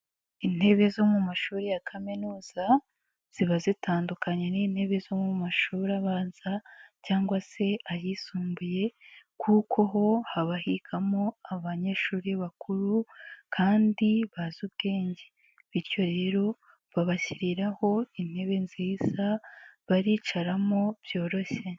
Intebe zo mu mashuri ya kaminuza ziba zitandukanye n'intebe zo mu mashuri abanza cyangwa se ayisumbuye kuko ho haba higamo abanyeshuri bakuru kandi bazi ubwenge, bityo rero babashyiriraho intebe nziza baricaramo byoroshye.